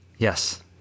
Yes